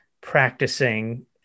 practicing